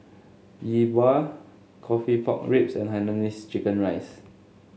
Yi Bua coffee Pork Ribs and Hainanese Chicken Rice